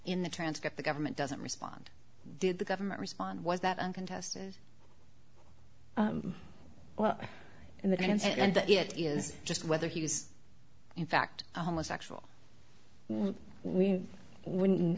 in the transcript the government doesn't respond did the government respond was that uncontested as well in advance and it is just whether he was in fact a homosexual we wouldn't